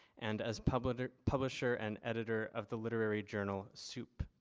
and as publisher publisher and editor of the literary journal soup.